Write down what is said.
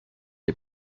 est